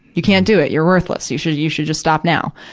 you can't do it. you're worthless. you should, you should just stop now.